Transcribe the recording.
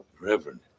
Reverend